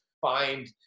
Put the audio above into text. find